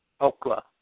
Oklahoma